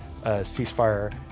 ceasefire